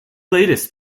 latest